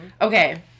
Okay